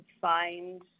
find